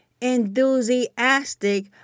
Enthusiastic